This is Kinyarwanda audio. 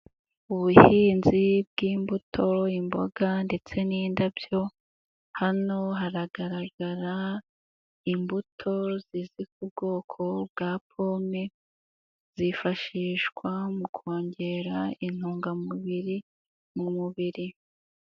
Ubuhinzi bw'imbuto, imboga ndetse n'indabyo, hano haragaragara, imbuto zizwi ku bwoko bwa pome, zifashishwa mu kongera intungamubiri, mu mubiri.